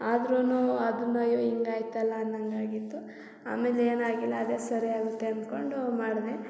ಆದ್ರೂ ಅದನ್ನ ಅಯ್ಯೋ ಹಿಂಗಾಯ್ತಲ್ಲ ಅನ್ನಂಗೆ ಆಗಿತ್ತು ಆಮೇಲೆ ಏನಾಗಿಲ್ಲ ಅದೇ ಸರಿಯಾಗುತ್ತೆ ಅಂದ್ಕೊಂಡು ಮಾಡಿದೆ